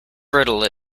brittle